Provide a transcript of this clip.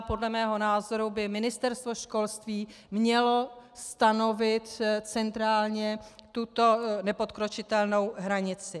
Podle mého názoru by Ministerstvo školství mělo stanovit centrálně tuto nepodkročitelnou hranici.